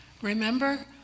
Remember